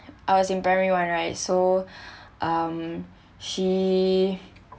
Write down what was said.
I was in primary one right so um she